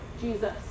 Jesus